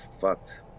fucked